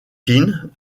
king